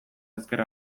ezker